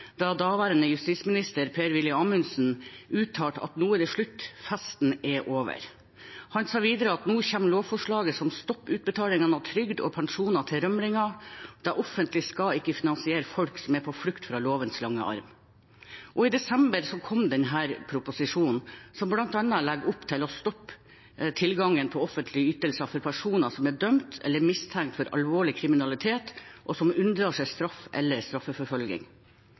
da daværende justisminister, Per-Willy Amundsen uttalte at nå er det slutt, festen er over. Han sa videre at nå kommer lovforslaget som stopper utbetalingene av trygd og pensjoner til rømlinger, og at det offentlige ikke skal finansiere folk som er på flukt fra lovens lange arm. Og i desember kom denne proposisjonen, som bl.a. legger opp til å stoppe tilgangen på offentlige ytelser for personer som er dømt eller mistenkt for alvorlig kriminalitet, og som unndrar seg straff eller straffeforfølging.